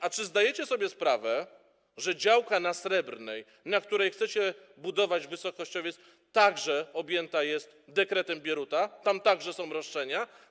A czy zdajecie sobie sprawę, że działka na Srebrnej, na której chcecie budować wysokościowiec, także objęta jest dekretem Bieruta, że tam także są roszczenia?